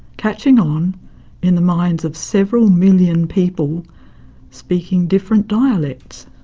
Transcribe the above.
catching on in the minds of several million people speaking different dialects.